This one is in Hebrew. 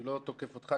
אני לא תוקף אותך,